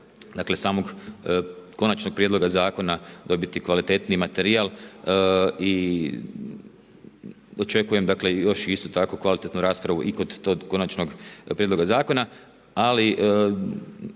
tiče samog konačnog prijedloga zakona dobiti kvalitetniji materijal i očekujem još isto tako kvalitetnu raspravu i kod tog konačnog prijedloga zakona. Ali